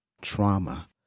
trauma